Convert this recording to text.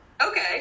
okay